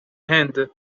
هند